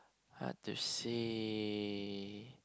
what to see